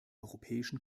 europäischen